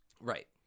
Right